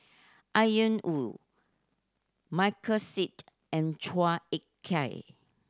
Ian Woo Michael Seet and Chua Ek Kay